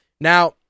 Now